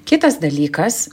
kitas dalykas